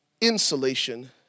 insulation